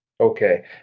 Okay